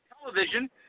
television